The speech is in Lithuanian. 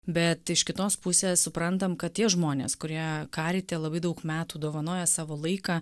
bet iš kitos pusės suprantam kad tie žmonės kurie karite labai daug metų dovanoja savo laiką